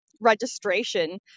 registration